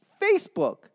Facebook